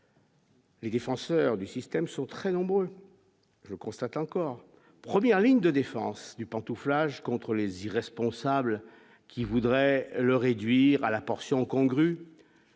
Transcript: Les défenseurs du système sont très nombreuses, je constate encore première ligne de défense du pantouflage contre les irresponsables qui voudraient le réduire à la portion congrue